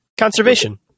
Conservation